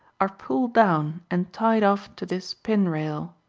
are pulled down and tied off to this pin-rail.